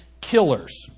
killers